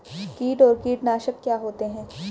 कीट और कीटनाशक क्या होते हैं?